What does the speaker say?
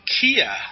Kia